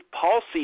policy